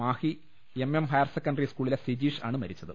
Mahe MM higher secondary സ്കൂളിലെ സിജീഷ് ആണ് മരിച്ചത്